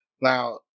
Now